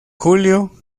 julio